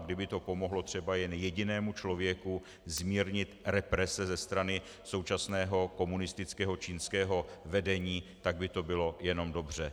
A kdyby to pomohlo třeba jen jedinému člověku zmírnit represe ze strany současného komunistického čínského vedení, tak by to bylo jenom dobře.